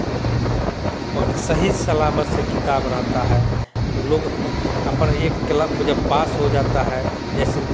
सही सलामत से किताब रहता है तो लोग अपन एक क्लब जब पास हो जाता है जैसे